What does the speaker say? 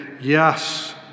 Yes